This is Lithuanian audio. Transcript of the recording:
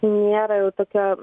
nėra jau tokia